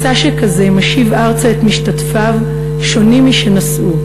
מסע שכזה משיב ארצה את משתתפיו שונים משנסעו,